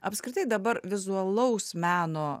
apskritai dabar vizualaus meno